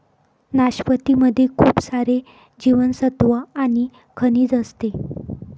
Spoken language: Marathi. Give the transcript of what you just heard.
नाशपती मध्ये खूप सारे जीवनसत्त्व आणि खनिज असते